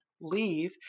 leave